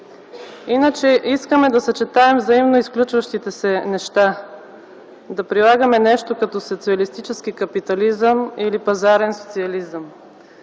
Иначе искаме да съчетаем взаимно изключващите се неща, да прилагаме нещо като социалистически капитализъм или пазарен социализъм.